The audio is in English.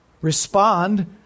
Respond